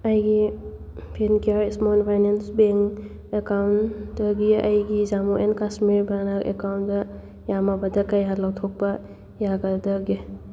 ꯑꯩꯒꯤ Fincare small finance bank ꯑꯦꯀꯥꯎꯟꯗꯒꯤ ꯑꯩꯒꯤ ꯖꯃꯨ ꯑꯦꯟ ꯀꯥꯁꯃꯤꯔ ꯑꯦꯀꯥꯎꯟꯗ ꯌꯥꯝꯂꯕꯗ ꯀꯌꯥ ꯂꯧꯊꯣꯛꯄ ꯌꯥꯒꯗꯒꯦ